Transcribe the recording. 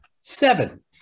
seven